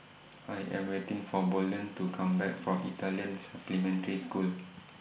I Am waiting For Bolden to Come Back from Italian Supplementary School